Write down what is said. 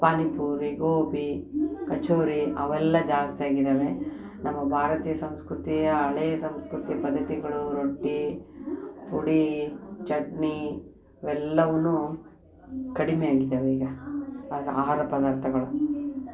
ಪಾನಿಪೂರಿ ಗೋಭಿ ಕಚೋರಿ ಅವೆಲ್ಲ ಜಾಸ್ತಿಯಾಗಿದ್ದಾವೆ ನಮ್ಮ ಭಾರತೀಯ ಸಂಸ್ಕೃತಿಯ ಹಳೇ ಸಂಸ್ಕೃತಿ ಪದ್ಧತಿಗಳು ರೊಟ್ಟಿ ಪುಡಿ ಚಟ್ನಿ ಇವೆಲ್ಲವನ್ನೂ ಕಡಿಮೆ ಆಗಿದಾವೆ ಈಗ ಆಗ ಆಹಾರ ಪದಾರ್ಥಗಳು